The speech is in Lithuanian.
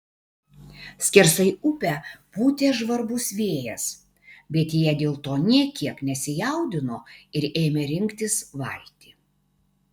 skersai upę pūtė žvarbus vėjas bet jie dėl to nė kiek nesijaudino ir ėmė rinktis valtį